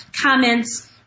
comments